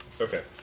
Okay